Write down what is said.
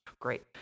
Great